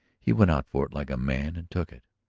he went out for it like a man and took it.